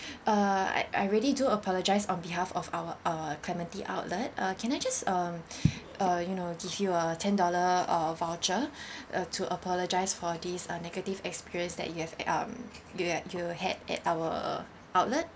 uh I I really do apologise on behalf of our uh clementi outlet uh can I just um uh you know give you a ten dollar uh voucher uh to apologise for these uh negative experience that you've um that you had at our outlet